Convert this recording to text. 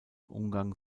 umgang